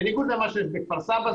בניגוד למה שיש בכפר סבא.